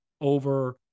over